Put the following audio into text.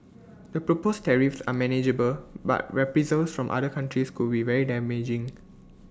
the proposed tariffs are manageable but reprisals from other countries could be very damaging